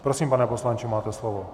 Prosím, pane poslanče, máte slovo.